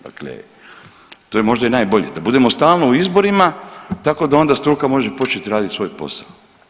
Dakle, to je možda i najbolje da budemo stalno u izborima tako da onda struka može početi radit svoj posao.